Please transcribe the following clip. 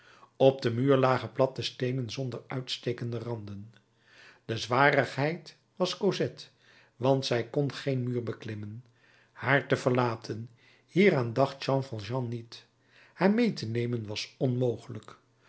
op den muur lagen platte steenen zonder uitstekende randen de zwarigheid was cosette want zij kon geen muur beklimmen haar te verlaten hieraan dacht jean valjean niet haar mee te nemen was onmogelijk